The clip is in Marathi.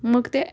मग ते